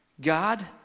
God